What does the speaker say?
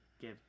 give